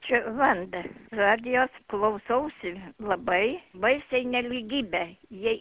čia vanda radijo klausausi labai baisiai nelygybė jei